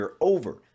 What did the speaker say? over